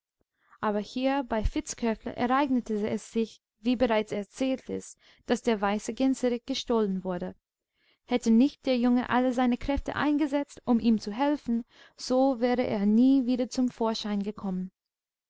aber hier bei vittskövle ereignete es sich wie bereits erzählt ist daß der weiße gänserich gestohlen wurde hätte nicht der junge alle seine kräfte eingesetzt um ihm zu helfen so wäre er nie wieder zum vorschein gekommen